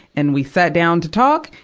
and we sat down to talk,